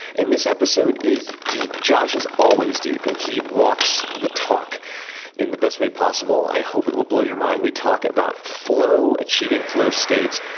and this episode is deep. josh is always deep and he walks the talk in the best way possible. i hope it will blow your mind. we talk about achieving flow states,